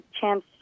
chance